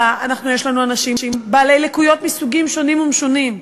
אנשים בעלי לקויות מסוגים שונים ומשונים,